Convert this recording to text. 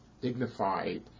dignified